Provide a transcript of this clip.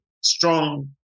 strong